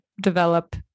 develop